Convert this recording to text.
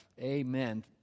Amen